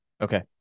Okay